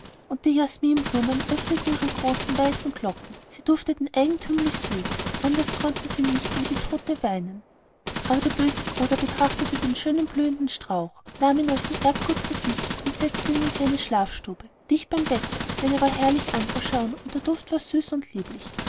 und die jasminblumen öffneten ihre großen weißen glocken sie dufteten eigentümlich süß anders konnten sie nicht über die tote weinen aber der böse bruder betrachtete den schön blühenden strauch nahm ihn als ein erbgut zu sich und setzte ihn in seine schlafstube dicht beim bette denn er war herrlich anzuschauen und der duft war süß und lieblich